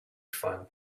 fun